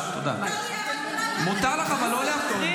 אבל מותר לי להגיד לשר משהו.